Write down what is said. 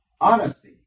honesty